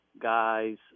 guys